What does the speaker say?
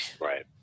Right